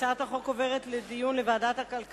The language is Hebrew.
הצעת חוק התקשורת (המשך שידורי חדשות מקומיות